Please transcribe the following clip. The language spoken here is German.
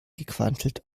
gequantelt